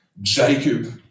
Jacob